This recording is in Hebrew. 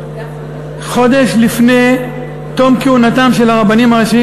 חודש לפני תום כהונתם של הרבנים הראשיים